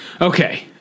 Okay